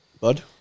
Bud